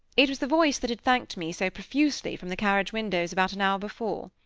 it was the voice that had thanked me so profusely, from the carriage windows, about an hour before.